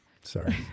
Sorry